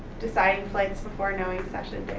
deciding flights before knowing session